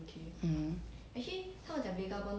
mmhmm